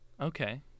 Okay